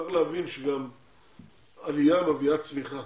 צריך להבין שעלייה מביאה צמיחה